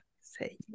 say